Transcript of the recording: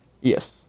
Yes